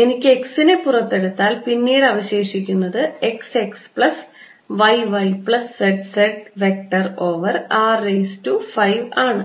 എനിക്ക് x നെ പുറത്തെടുത്താൽ പിന്നീട് അവശേഷിക്കുന്നത് x x plus y y plus z z vector over r raise to 5 ആണ്